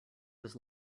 was